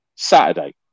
Saturday